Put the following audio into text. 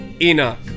Enoch